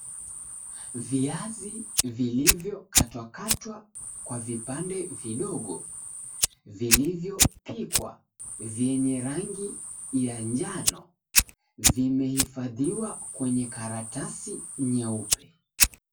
Viazi vilivyokatwakatwa kwa vipande vidogo vilivyopikwa vyenye rangi ya njano vimehifandiwa kwenye karatasi nyeupe.